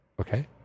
Okay